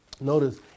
Notice